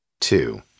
Two